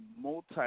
multi